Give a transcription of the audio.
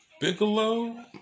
Bigelow